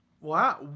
Wow